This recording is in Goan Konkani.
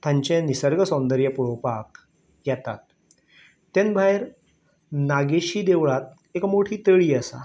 तांचें निसर्ग सौंदर्य पळोवपाक येतात ते भायर नागेशी देवळांत एक मोठी तळी आसा